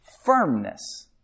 firmness